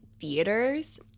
theaters